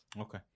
Okay